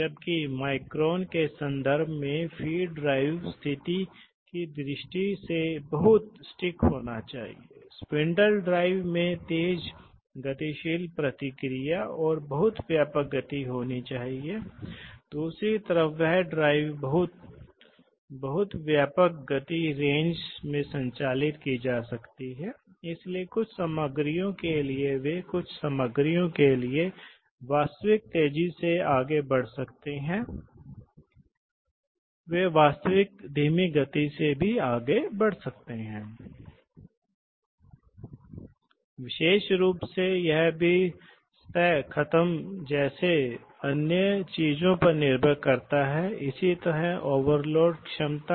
जबकि बिजली के मामले में अगर पर्यावरण है अगर पर्यावरण खतरनाक है तो आग लग सकती है लेकिन न्यूमेटिक्स में कोई आग का खतरा नहीं है आम तौर पर बिजली और न्यूमेटिक्स में तापमान संवेदनशीलता कम हो गई है क्योंकि हाइड्रोलिक क्योंकि हाइड्रोलिक में तेल चिपचिपापन बदल सकता है और दे सकता है आप प्रदर्शन विविधताएं जानते हैं इलेक्ट्रिक में चिपचिपाहट का कोई सवाल नहीं है और न्यूमेटिक्स में वायु चिपचिपापन परिवर्तन नहीं है जो कि प्रमुख है